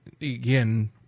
Again